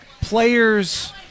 players